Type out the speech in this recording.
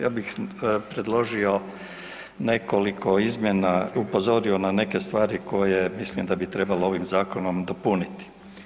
Ja bih predložio nekoliko izmjena i upozorio na neke stvari koje mislim da bi trebalo ovim zakonom dopuniti.